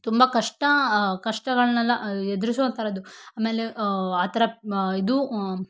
ತುಂಬ ಕಷ್ಟ ಕಷ್ಟಗಳನ್ನೆಲ್ಲ ಎದುರಿಸೋ ಥರದ್ದು ಆಮೇಲೆ ಆ ಥರ ಇದು